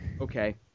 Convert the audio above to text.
okay